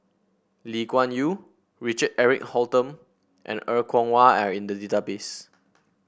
Lee Kuan Yew Richard Eric Holttum and Er Kwong Wah are in the database